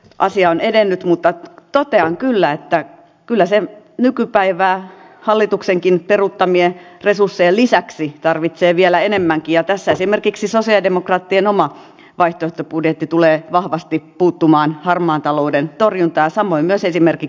asia on edennyt mutta totean kyllä että kyllä se nykypäivänä hallituksenkin peruuttamien resurssejen lisäksi tarvitsee vielä enemmän ja tässä esimerkiksi sose demokraattien oma vaihtoehtobudjetti tulee vahvasti puuttumaan harmaan talouden torjuntaa samoin myös esimerkit